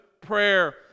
prayer